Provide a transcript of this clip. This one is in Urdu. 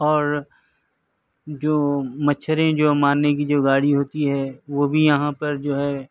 اور جو مچھر جو مارنے کی جو گاڑی ہوتی ہے وہ بھی یہاں پر جو ہے